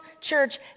church